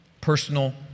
Personal